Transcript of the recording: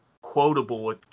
quotable